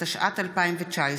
התשע"ט 2019,